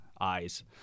eyes